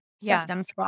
systems